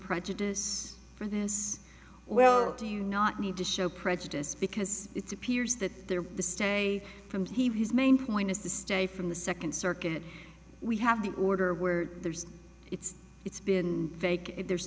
prejudice for this well do you not need to show prejudice because it's appears that they're the stay from he his main point is the stay from the second circuit we have the order where there's it's it's been fake if there's